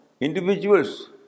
individuals